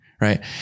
Right